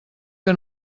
que